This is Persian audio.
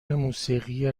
موسیقی